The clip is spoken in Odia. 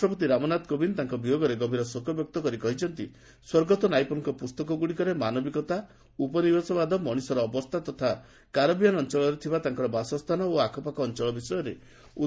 ରାଷ୍ଟ୍ରପତି ରାମନାଥ କୋବିନ୍ଦ ତାଙ୍କ ବିୟୋଗରେ ଗଭୀର ଶୋକବ୍ୟକ୍ତ କରି କହିଛନ୍ତି ସ୍ୱର୍ଗତ ନାଇପୁଲଙ୍କ ପୁସ୍ତକ ଗୁଡ଼ିକରେ ମାନବିକତା ଉପନିବେଶବାଦ ମଣିଷର ଅବସ୍ଥା ତଥା କାରିବିୟାନ ଅଞ୍ଚଳରେ ଥିବା ତାଙ୍କର ବାସସ୍ଥାନ ଓ ଆଖପାଖ ଅଞ୍ଚଳ ବିଷୟରେ ଉଭାବନମୂଳକ ତଥ୍ୟ ରହିଛି